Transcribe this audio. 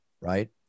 right